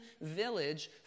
village